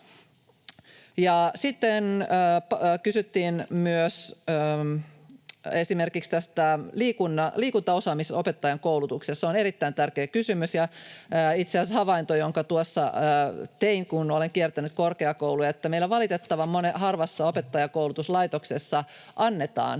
sitten kysyttiin myös esimerkiksi tästä liikuntaosaamisesta opettajankoulutuksessa. Se on erittäin tärkeä kysymys. Itse asiassa havainto, jonka tuossa tein, kun olen kiertänyt korkeakouluja, on se, että meillä valitettavan harvassa opettajankoulutuslaitoksessa annetaan